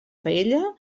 paella